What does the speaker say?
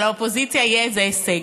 שלאופוזיציה יהיה איזה הישג.